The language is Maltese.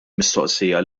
mistoqsija